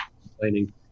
complaining